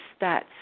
stats